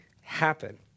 happen